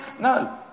No